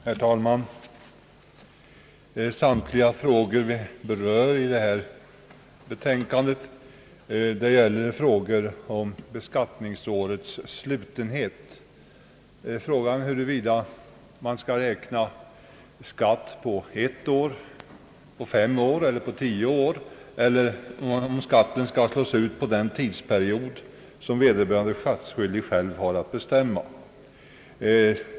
Herr talman! Samtliga frågor i detta betänkande gäller beskattningsårets slutenhet, frågan huruvida man skall räkna skatt på ett år, på fem år eller på tio år eller om skatten skall slås ut på en tidsperiod som vederbörande skattskyldige själv har att bestämma.